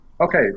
okay